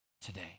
today